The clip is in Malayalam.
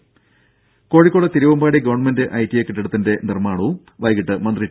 രും കോഴിക്കോട് തിരുവമ്പാടി ഗവൺമെന്റ് ഐടിഐ കെട്ടിടത്തിന്റെ നിർമ്മാണം വൈകീട്ട് മന്ത്രി ടി